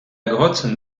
grotte